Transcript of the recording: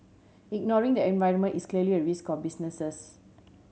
ignoring the environment is clearly a risk businesses